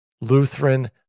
Lutheran